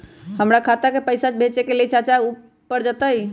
हमरा खाता के पईसा भेजेए के हई चाचा पर ऊ जाएत?